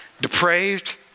depraved